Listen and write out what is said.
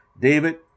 David